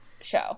show